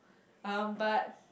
um but